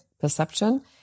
perception